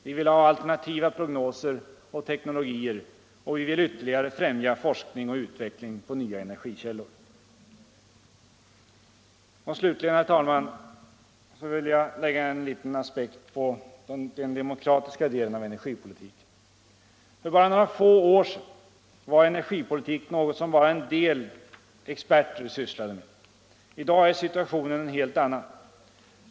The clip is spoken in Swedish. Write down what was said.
Vi vill ha alternativa prognoser och teknologier och vi vill ytterligare främja forskning och utveckling av nya energikällor. Jag vill sluta, herr talman, med en reflexion i anslutning till den demokratiska aspekten på energipolitiken. För bara några få år sedan var energipolitik något som bara en del experter sysslade med. I dag är situationen en helt annan.